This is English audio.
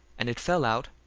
and it fell out,